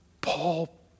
Paul